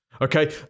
Okay